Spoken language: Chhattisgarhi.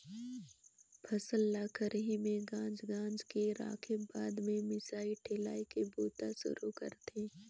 फसल ल खरही में गांज गांज के राखेब बाद में मिसाई ठेलाई के बूता सुरू करथे